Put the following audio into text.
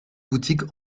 boutiques